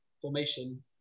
formation